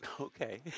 Okay